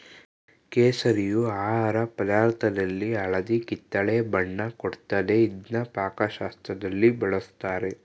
ಕೇಸರಿಯು ಆಹಾರ ಪದಾರ್ಥದಲ್ಲಿ ಹಳದಿ ಕಿತ್ತಳೆ ಬಣ್ಣ ಕೊಡ್ತದೆ ಇದ್ನ ಪಾಕಶಾಸ್ತ್ರದಲ್ಲಿ ಬಳುಸ್ತಾರೆ